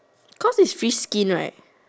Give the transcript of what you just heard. cause is fish skin right